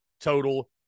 total